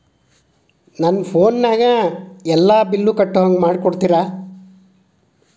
ನನ್ನ ಫೋನಿನಲ್ಲೇ ಎಲ್ಲಾ ಬಿಲ್ಲುಗಳನ್ನೂ ಕಟ್ಟೋ ಹಂಗ ಮಾಡಿಕೊಡ್ತೇರಾ?